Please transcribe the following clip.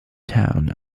town